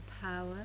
power